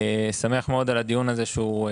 אני שמח מאוד על כך שהדיון הזה מתקדם.